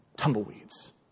tumbleweeds